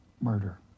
Murder